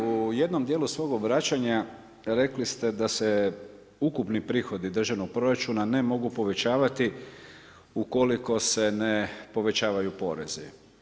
U jednom dijelu svog obraćanja rekli ste da se ukupni prihodi državnog proračuna ne mogu povećavati ukoliko se ne povećavaju porezi.